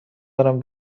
دارم